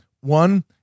One